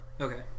Okay